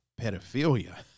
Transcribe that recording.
pedophilia